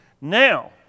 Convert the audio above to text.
Now